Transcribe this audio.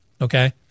Okay